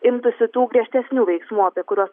imtųsi tų griežtesnių veiksmų apie kuriuos